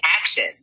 action